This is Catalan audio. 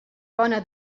bona